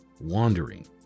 wandering